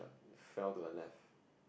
(pbpb) fell to the left